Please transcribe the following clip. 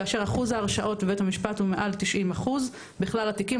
כאשר אחוז ההרשעות בבית המשפט הוא מעל ל-90 אחוז בכלל התיקים,